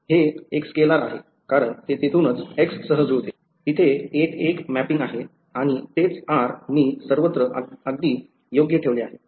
हे एक scalar आहे कारण ते येथूनच x सह जुळते तिथे एक एक मॅपिंग आहे आणि तेच r मी सर्वत्र अगदी योग्य ठेवले आहे